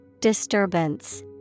Disturbance